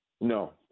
No